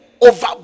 over